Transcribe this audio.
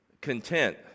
content